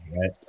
right